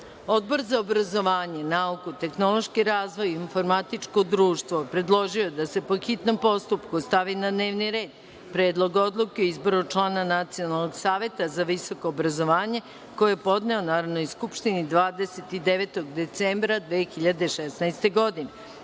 za obrazovanje, nauku, tehnološki razvoj i informatičko društvo je predložio da se, po hitnom postupku, stavi na dnevni red Predlog odluke o izboru člana Nacionalnog saveta za visoko obrazovanje, koji je podneo Narodnoj skupštini 29. decembra 2016.